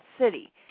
city